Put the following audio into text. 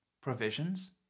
provisions